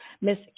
Miss